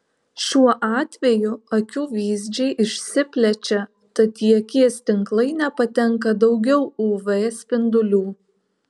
šiuo atveju akių vyzdžiai išsiplečia tad į akies tinklainę patenka daugiau uv spindulių